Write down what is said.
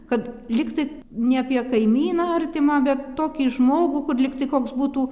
kad lygtai ne apie kaimyną artimą bet tokį žmogų kur lygtai koks būtų